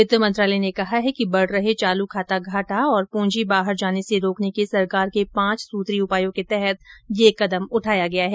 वित्त मंत्रालय ने कहा है कि ंबढ़ रहे चालू खाता घाटा और पूंजी बाहर जाने से रोकने के सरकार के पांच सूत्री उपायों के तहत यह कदम उठाया गया है